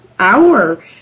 hour